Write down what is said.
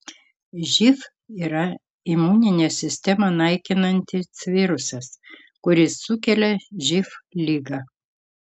živ yra imuninę sistemą naikinantis virusas kuris sukelia živ ligą